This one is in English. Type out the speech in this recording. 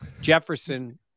Jefferson